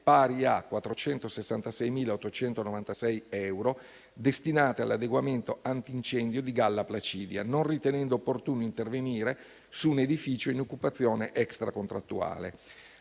pari a 466.896 euro, destinate all'adeguamento antincendio della sede di via Galla Placidia, non ritenendo opportuno intervenire su un edificio in occupazione extracontrattuale.